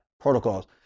protocols